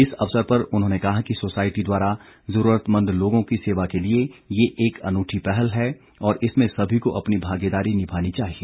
इस अवसर पर उन्होंने कहा कि सोसायटी द्वारा जरूरतमंद लोगों की सेवा के लिए ये एक अनूठी पहल है और इसमें सभी को अपनी भागीदारी निभानी चाहिए